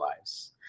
lives